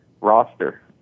roster